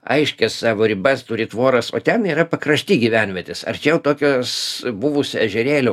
aiškias savo ribas turi tvoras o ten yra pakrašty gyvenvietės arčiau tokios buvus ežerėlio